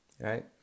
Right